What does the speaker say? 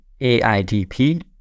AIDP